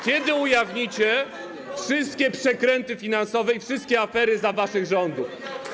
Kiedy ujawnicie wszystkie przekręty finansowe i wszystkie afery za waszych rządów?